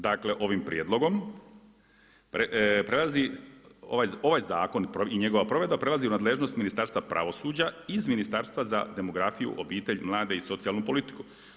Dakle ovim prijedlogom ovaj zakon i njegova provedba prelazi u nadležnost Ministarstva pravosuđa iz Ministarstva za demografiju, obitelj, mlade i socijalnu politiku.